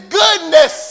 goodness